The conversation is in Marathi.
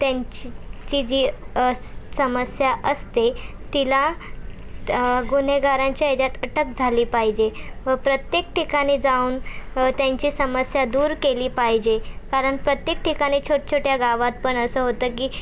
त्यांची जी समस्या असते तिला गुन्हेगारांच्या याच्यात अटक झाली पाहिजे व प्रत्येक ठिकाणी जाऊन त्यांची समस्या दूर केली पाहिजे कारण प्रत्येक ठिकाणी छोटछोट्या गावात पण असं होतं की